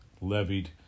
levied